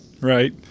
right